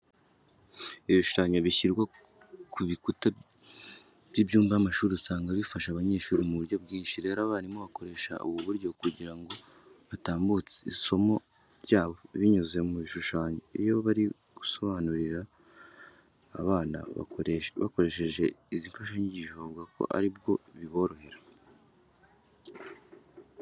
Ibishushanyo bishyirwa ku bikuta by'ibyumba by'amashuri usanga bifasha abanyeshuri mu buryo bwinshi. Rero abarimu bakoresha ubu buryo kugira ngo batambutse isomo ryabo binyuze mu bishushanyo. Iyo bari gusobanurira aba bana bakoresheje izi mfashanyigisho bavuga ko ari bwo biborohera.